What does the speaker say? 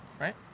right